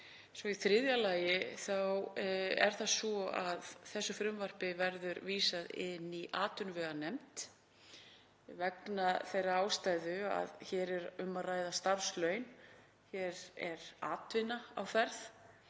Í þriðja lagi verður þessu frumvarpi vísað til atvinnuveganefndar vegna þeirrar ástæðu að hér er um að ræða starfslaun, hér er atvinna á ferð